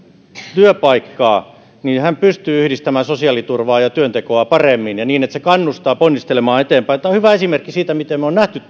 työpaikkaa pystyy yhdistämään sosiaaliturvaa ja työntekoa paremmin ja niin että se kannustaa ponnistelemaan eteenpäin tämä on hyvä esimerkki siitä miten me olemme nähneet